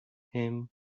him